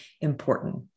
important